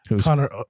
connor